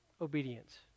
obedience